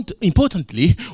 importantly